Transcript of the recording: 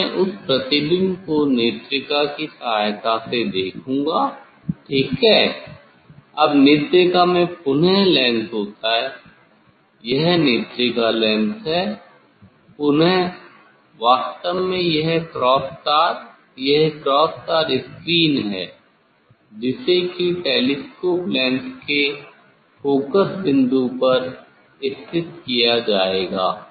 अब मैं उस प्रतिबिंब को नेत्रिका की सहायता से देखूँगा ठीक है अब नेत्रिका में पुन लेंस होता है यह नेत्रिका लेंस है पुन वास्तव में यह क्रॉस तार यह क्रॉस तार स्क्रीन है जिसे की टेलीस्कोप लेंस के फोकस बिंदु पर स्थित किया जाएगा